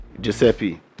Giuseppe